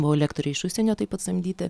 buvo lektoriai iš užsienio taip pat samdyti